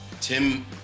Tim